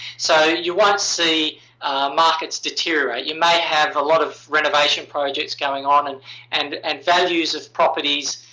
so you won't see markets deteriorate. you may have a lot of renovation projects going on and and and values of properties,